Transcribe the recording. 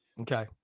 Okay